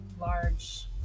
large